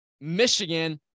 Michigan